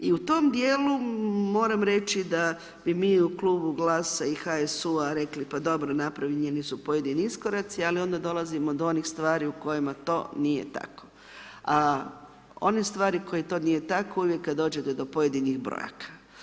I u tom dijelu, moram reći da bi mi u Klubu GLAS-a i HSU-a rekli, pa dobro napravljeni su pojedini iskoraci ali onda dolazimo do onih stvari u kojima to nije tako, a one stvari koje to nije tako uvijek kad dođete do pojedinih brojaka.